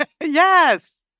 Yes